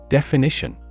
Definition